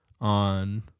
on